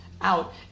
out